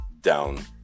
down